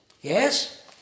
Yes